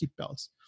seatbelts